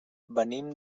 venim